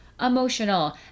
emotional